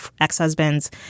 ex-husbands